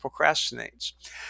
procrastinates